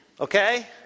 Okay